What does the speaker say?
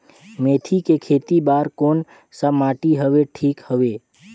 मेथी के खेती बार कोन सा माटी हवे ठीक हवे?